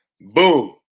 Boom